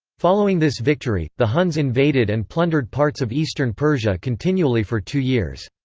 following this victory, the huns invaded and plundered parts of eastern persia continually for two years.